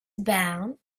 bound